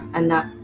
anak